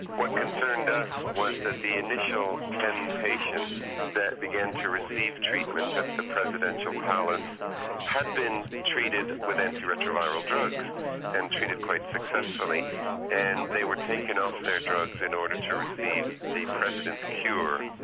what concerned us was that the initial ten patients that began to receive treatment at the presidential palace had been treated with antiretroviral drugs and treated quite successfully and they were taken off their drugs in order to receive the president's cure.